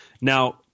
now